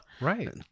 Right